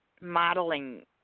modeling